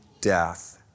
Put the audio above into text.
death